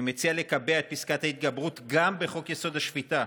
אני מציע לקבע את פסקת ההתגברות גם בחוק-יסוד: השפיטה,